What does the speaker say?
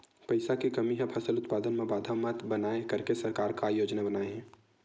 पईसा के कमी हा फसल उत्पादन मा बाधा मत बनाए करके सरकार का योजना बनाए हे?